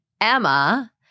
Emma